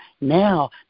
now